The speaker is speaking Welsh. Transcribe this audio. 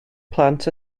plant